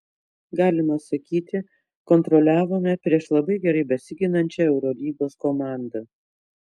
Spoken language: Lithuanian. galima sakyti kontroliavome prieš labai gerai besiginančią eurolygos komandą